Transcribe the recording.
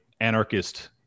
anarchist